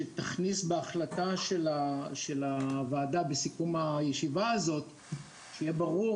שתכניס בהחלטה של הוועדה בסיכום הישיבה שיהיה ברור